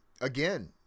again